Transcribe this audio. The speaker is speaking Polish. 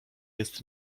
jest